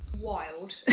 wild